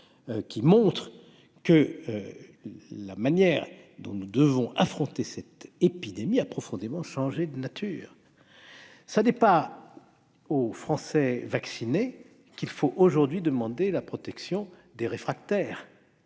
-qui montrent que la manière dont nous devons affronter cette épidémie a profondément changé de nature. Ce n'est pas aux Français vaccinés qu'il faut aujourd'hui demander la protection des réfractaires